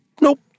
Nope